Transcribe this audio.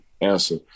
answer